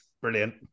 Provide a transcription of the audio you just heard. Brilliant